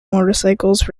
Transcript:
motorcycles